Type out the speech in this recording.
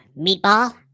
meatball